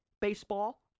baseball